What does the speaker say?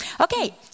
Okay